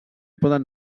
poden